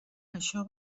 això